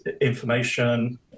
information